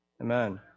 Amen